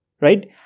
right